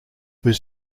was